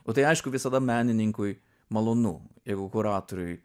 o tai aišku visada menininkui malonu jeigu kuratoriui